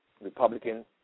Republicans